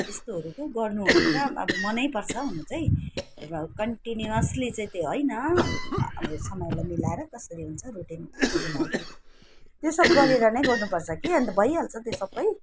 अन्त यस्तोहरू पो गर्नुहरू पुरा अब मनैपर्छ हुनु चाहिँ र कन्टिनुवसली चाहिँ त्यो होइन अब समयलाई मिलाएर कसरी हुन्छ रुटिन यताउति यो सब गरेर नै गर्नुपर्छ कि अन्त भइहाल्छ त्यो सबै